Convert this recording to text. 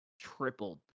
tripled